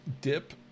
dip